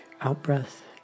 out-breath